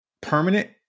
permanent